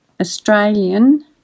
Australian